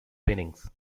winnings